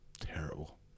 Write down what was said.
terrible